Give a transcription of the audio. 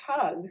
tug